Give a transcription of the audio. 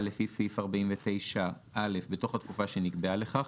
לפי סעיף 49א בתוך התקופה שנקבעה לכך,